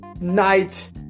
night